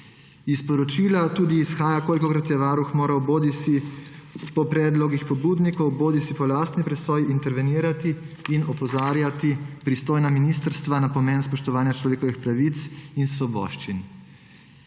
Iz poročila tudi izhaja, kolikokrat je Varuh moral bodisi po predlogih pobudnikov bodisi po lastni presoji intervenirati in opozarjati pristojna ministrstva na pomen spoštovanja človekovih pravic in svoboščin.